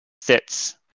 sits